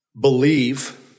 believe